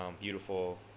beautiful